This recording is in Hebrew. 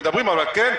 אבל כן,